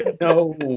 No